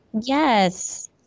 Yes